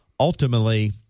Ultimately